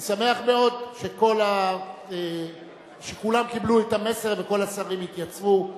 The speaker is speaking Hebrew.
אני שמח מאוד שכולם קיבלו את המסר וכל השרים התייצבו.